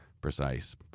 precise